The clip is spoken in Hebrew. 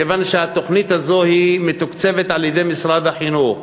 כיוון שהתוכנית הזאת מתוקצבת על-ידי משרד החינוך,